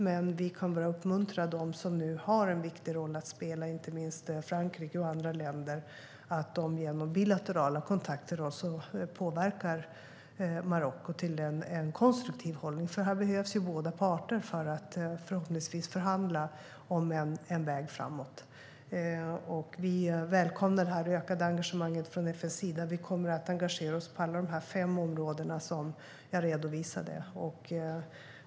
Men vi kan bara uppmuntra dem som nu har en viktig roll att spela, inte minst Frankrike och andra länder, i fråga om att de genom bilaterala kontakter påverkar Marocko till en konstruktiv hållning. Här behövs båda parter för att förhoppningsvis förhandla om en väg framåt. Vi välkomnar det ökade engagemanget från FN:s sida. Vi kommer att engagera oss på alla de fem områden som jag redovisade.